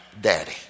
daddy